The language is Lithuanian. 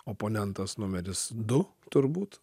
oponentas numeris du turbūt